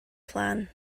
plan